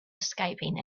escaping